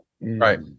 right